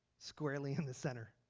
squarely in the center.